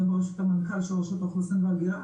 גם בראשות המנכ"ל של רשות האוכלוסין וההגירה.